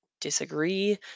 disagree